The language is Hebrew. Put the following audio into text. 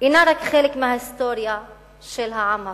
אינה רק חלק מההיסטוריה של העם הפלסטיני.